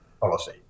policy